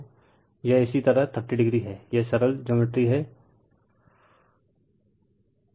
तो यह इसी तरह 30o है यह सरल ज्योमेट्री से समझ में आता है